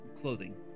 clothing